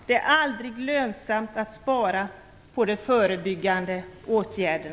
Det är aldrig lönsamt att spara på förebyggande åtgärder.